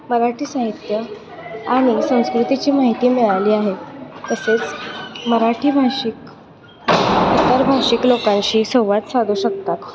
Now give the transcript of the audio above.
मराठी साहित्य आणि संस्कृतीची माहिती मिळाली आहे तसेच मराठी भाषिक इतर भाषिक लोकांशी संवाद साधू शकतात